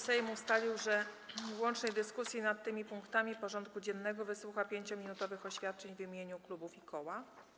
Sejm ustalił, że w łącznej dyskusji nad tymi punktami porządku dziennego wysłucha 5-minutowych oświadczeń w imieniu klubów i koła.